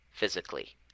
physically